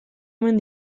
omen